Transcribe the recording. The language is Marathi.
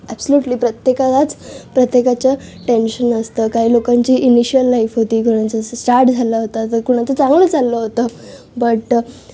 अँपसोल्युटली प्रत्येकालाच प्रत्येकाचं टेन्शन असतं काही लोकांची इनिशियल लाईफ होती कारण जसं स्टार्ट झालं होतं जर कोणाचं चांगलं चाललं होतं बट